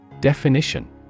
Definition